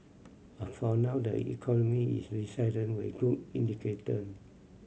but for now the economy is resilient with good